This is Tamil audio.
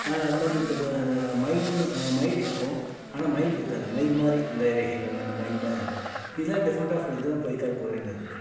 அது மாதிரி இருந்தப்போ அந்த மயில்மு மயிலிருக்கும் ஆனால் மயிலிருக்காது மயில் மாதிரி அந்த இறக்கைகள் அந்த மயில் மாதிரி இருக்கும் இதை டிஃப்ரெண்ட் ஆஃப் இது தான் பொய்க்கால் குதிரைங்கிறது